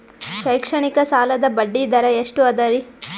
ಶೈಕ್ಷಣಿಕ ಸಾಲದ ಬಡ್ಡಿ ದರ ಎಷ್ಟು ಅದರಿ?